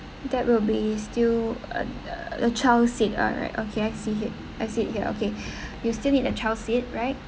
that will be still um a child seat alright okay I see it I see here okay you still need a child seat right